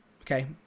okay